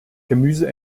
gemüse